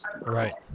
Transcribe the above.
right